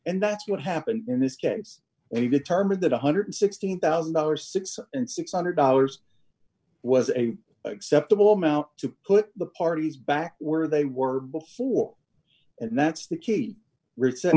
and that's what happened in this case we determined that one hundred and sixteen thousand dollars six cents and six hundred dollars was a acceptable amount to put the parties back where they were before and that's the key r